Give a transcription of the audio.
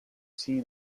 seen